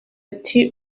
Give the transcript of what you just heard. ati